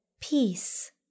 Peace